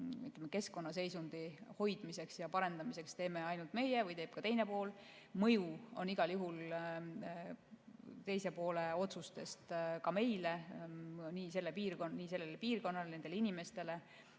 keskkonnaseisundi hoidmiseks ja parendamiseks teeme ainult meie või teeb ka teine pool. Mõju on igal juhul teise poole otsustest ka meile – nii sellele piirkonnale, [kohalikele inimestele],